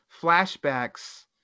flashbacks